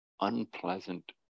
unpleasant